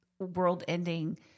world-ending